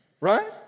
Right